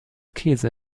käse